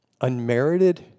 Unmerited